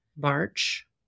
March